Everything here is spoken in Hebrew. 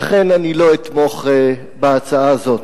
ולכן אני לא אתמוך בהצעה הזאת.